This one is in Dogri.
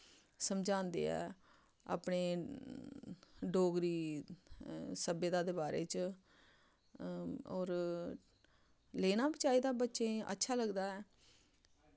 समझांदे ऐ अपनी डोगरी सभ्यता दे बारे च होर लेना बी चाहिदा बच्चें गी अच्छा लगदा ऐ